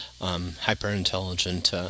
hyper-intelligent